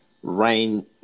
Rain